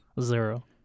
zero